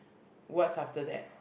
what's after that